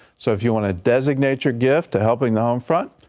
so if you wanna designate your gift to helping the home front,